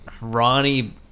Ronnie